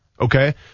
okay